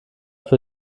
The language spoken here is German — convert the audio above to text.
für